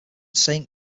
saint